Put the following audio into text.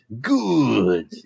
Good